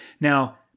Now